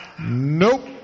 Nope